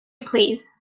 please